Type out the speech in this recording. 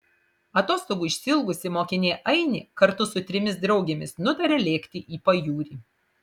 atostogų išsiilgusi mokinė ainė kartu su trimis draugėmis nutaria lėkti į pajūrį